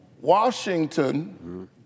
Washington